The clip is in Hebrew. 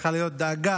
צריכה להיות דאגה